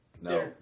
No